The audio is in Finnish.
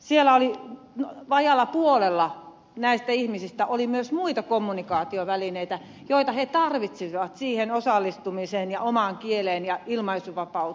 siellä oli vajaalla puolella näistä ihmisistä myös muita kommunikaatiovälineitä joita he tarvitsivat osallistumiseen ja omaan kieleen ja ilmaisuvapauteen